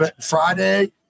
Friday